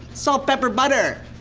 salt, pepper, butter.